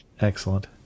excellent